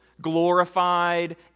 Glorified